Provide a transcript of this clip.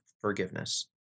forgiveness